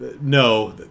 no